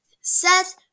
Seth